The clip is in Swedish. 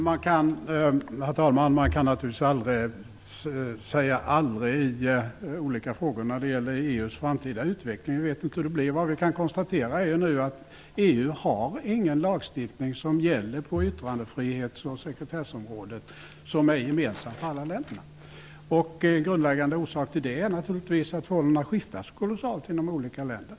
Herr talman! Man kan naturligtvis aldrig säga aldrig i olika frågor när det gäller EU:s framtida utveckling. Vi vet inte hur det blir. Vad vi kan konstatera är att EU inte har någon lagstiftning på yttrandefrihets och sekretessområdet som är gemensam för alla länder. Den grundläggande orsaken till detta är att formerna skiftar så kolossalt i olika länder.